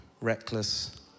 reckless